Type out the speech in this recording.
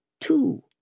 two